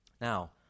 Now